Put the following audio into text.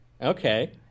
Okay